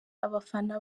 abafana